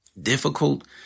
Difficult